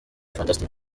fantastic